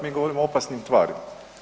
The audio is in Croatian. Mi govorimo o opasnim tvarima.